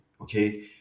okay